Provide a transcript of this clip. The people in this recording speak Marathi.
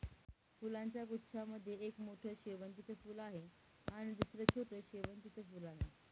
फुलांच्या गुच्छा मध्ये एक मोठं शेवंतीचं फूल आणि दुसर छोटं शेवंतीचं फुल आहे